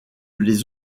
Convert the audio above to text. les